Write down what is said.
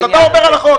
אז אתה עובר על החוק,